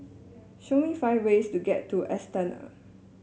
show me five ways to get to Astana